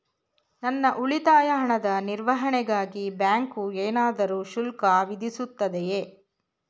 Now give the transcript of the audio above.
ನನ್ನ ಉಳಿತಾಯ ಹಣದ ನಿರ್ವಹಣೆಗಾಗಿ ಬ್ಯಾಂಕು ಏನಾದರೂ ಶುಲ್ಕ ವಿಧಿಸುತ್ತದೆಯೇ?